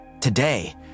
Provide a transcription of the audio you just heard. Today